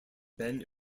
ben